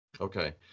Okay